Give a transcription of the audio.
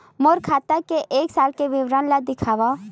मोर खाता के एक साल के विवरण ल दिखाव?